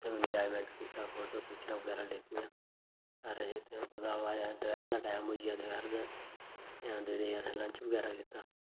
enjoyment कीता photo पिक्चरां बगैरा लैतियां फिर असें ओह्दे बाद च दपैह्र दा टैम होई गेआ दपैह्र ते फिर अंदर जाइयै असें लंच बगैरा कीता